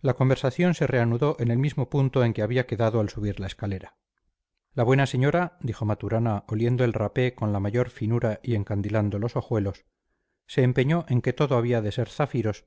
la conversación se reanudó en el mismo punto en que había quedado al subir la escalera la buena señora dijo maturana oliendo el rapé con la mayor finura y encandilando los ojuelos se empeñó en que todo había de ser zafiros